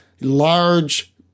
large